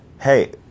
Hey